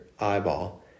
eyeball